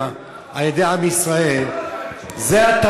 על-ידי עם ישראל ----- זה היה ברדיו.